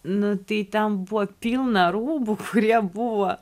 nu tai ten buvo pilna rūbų kurie buvo